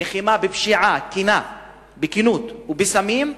בלחימה כנה בפשיעה ובסמים,